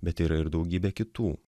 bet yra ir daugybė kitų